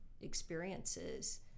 experiences